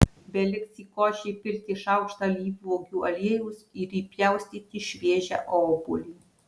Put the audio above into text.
beliks į košę įpilti šaukštą alyvuogių aliejaus ir įpjaustyti šviežią obuolį